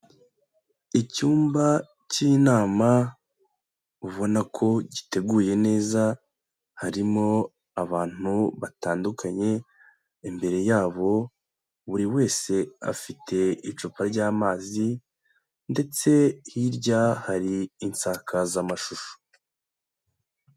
Icyumba cy'inama, ubona ko giteguye neza, harimo abantu batandukanye, imbere yabo buri wese afite icupa ry'amazi ndetse hirya hari insakazamashusho.